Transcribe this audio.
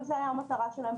אבל זו הייתה המטרה במקור,